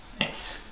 nice